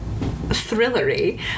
thrillery